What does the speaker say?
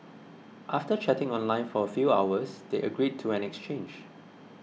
after chatting online for a few hours they agreed to an exchange